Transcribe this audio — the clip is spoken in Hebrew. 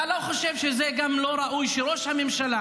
אתה לא חושב שזה גם לא ראוי שראש הממשלה